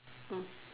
mm